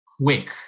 Quick